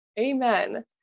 Amen